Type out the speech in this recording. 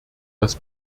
das